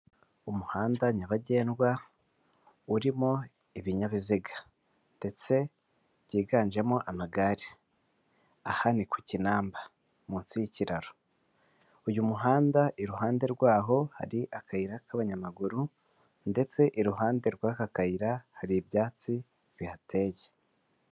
Umuhanda nyabagendwa urimo ibinyabiziga ndetse byiganjemo amagare. Aha ni ku kinamba munsi y'ikiraro. uyu muhanda iruhande rwaho hari akayira k'abanyamaguru ndetse iruhande rw'aka kayira hari ibyatsi bihateye.